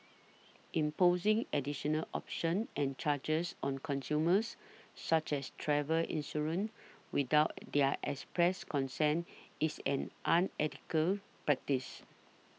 imposing additional options and charges on consumers such as travel insurance without their express consent is an unethical practice